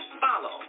follow